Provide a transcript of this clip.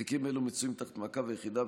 תיקים אלו מצויים תחת מעקב היחידה,